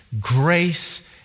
grace